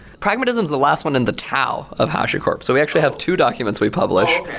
pragmatism is the last one in the tao of hashicorp. so we actually have two documents we publish.